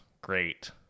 great